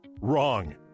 Wrong